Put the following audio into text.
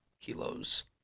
kilos